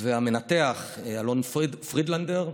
והמנתח אלון פרידלנדר,